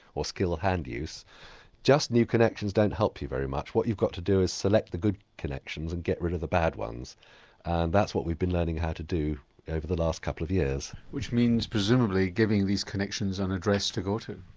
or skill hand use just new connections don't help you very much. what you've got to do is select the good connections and get rid of the bad ones and that's what we've been learning how to do over the last couple of years. which means presumably giving these connections an and address to go to?